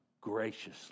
graciously